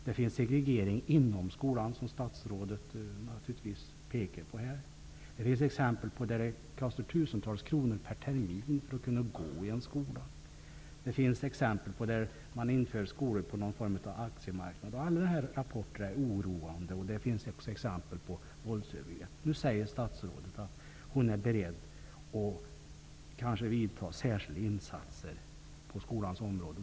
Det finns segregering inom skolan, vilket statsrådet också pekar på. Det kan kosta tusentals kronor per termin att gå i en viss skola. Det finns skolor som har införts på aktiemarknaden. Även andra rapporter är oroande. Det finns exempel på våldsövergrepp. Nu säger statsrådet att hon är beredd att göra särskilda insatser på skolans område.